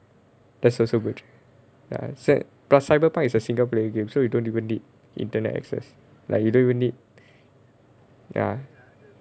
that's also good ya sa~ plus cyber park is a single player game so you don't even need internet access like you don't even need ya